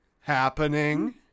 Happening